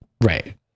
right